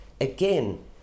again